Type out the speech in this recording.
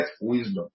wisdom